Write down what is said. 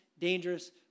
dangerous